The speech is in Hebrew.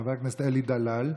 חבר הכנסת אלי דלל.